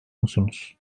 musunuz